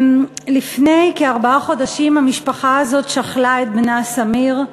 לפני כארבעה חודשים המשפחה הזאת שכלה את בנה סמיר.